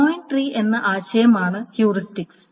join tree എന്ന ആശയമാണ് heuristics